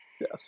Yes